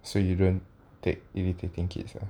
so you don't take irritating kids lah